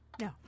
No